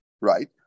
right